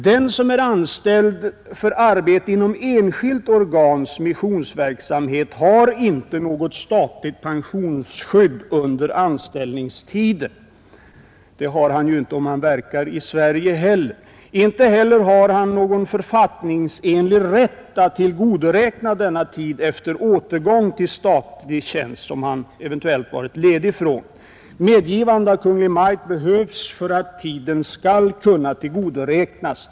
Den som är anställd för arbete inom enskilt organs missionsverksamhet har inte något statligt pensionsskydd under anställningstiden. Det har han ju inte om han verkar i Sverige heller. Inte heller har han någon författningsenlig rätt att tillgodoräkna denna tid efter återgång till statlig tjänst, som han eventuellt varit ledig från. Medgivande av Kungl. Maj:t behövs för att tiden skall kunna tillgodoräknas.